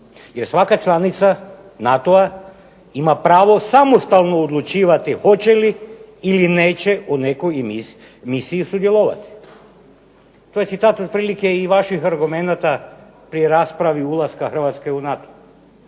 Jer svaka članica NATO-a ima pravo samostalno odlučivati hoće li ili neće u nekoj misiji sudjelovati. To je citat otprilike i vaših argumenata pri raspravi ulaska Hrvatske u NATO.